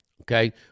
okay